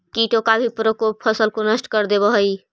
कीटों का भी प्रकोप फसल को नष्ट कर देवअ हई